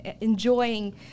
enjoying